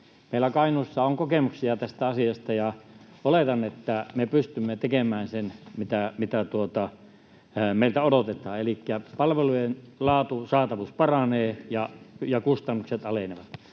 Meillä Kainuussa on kokemuksia tästä asiasta, ja oletan, että me pystymme tekemään sen, mitä meiltä odotetaan. Elikkä palvelujen laatu, saatavuus paranee — ja kustannukset alenevat,